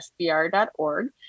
SBR.org